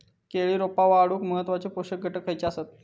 केळी रोपा वाढूक महत्वाचे पोषक घटक खयचे आसत?